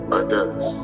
others